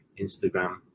Instagram